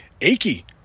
achy